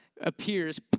appears